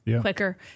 quicker